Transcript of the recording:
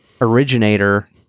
originator